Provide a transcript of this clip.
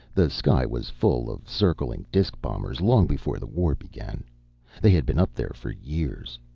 the sky was full of circling disc-bombers long before the war began they had been up there for years.